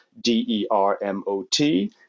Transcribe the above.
D-E-R-M-O-T